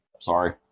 Sorry